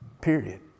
Period